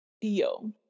Yo